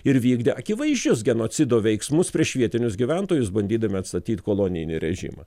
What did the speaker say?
ir vykdė akivaizdžius genocido veiksmus prieš vietinius gyventojus bandydami atstatyt kolonijinį režimą